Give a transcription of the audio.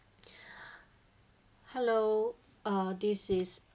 hello uh this is